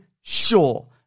sure